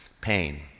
pain